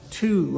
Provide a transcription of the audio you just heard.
two